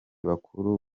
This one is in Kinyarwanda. bakuru